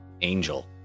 angel